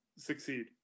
succeed